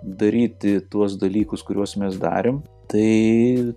daryti tuos dalykus kuriuos mes darėm tai